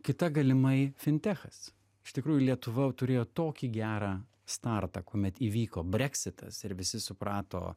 kita galimai fintechas iš tikrųjų lietuva jau turėjo tokį gerą startą kuomet įvyko breksitas ir visi suprato